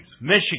Michigan